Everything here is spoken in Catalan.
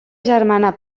germana